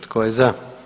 Tko je za?